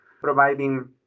providing